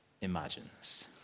imagines